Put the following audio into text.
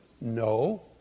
No